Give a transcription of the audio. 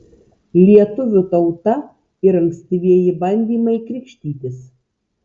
lietuvių tauta ir ankstyvieji bandymai krikštytis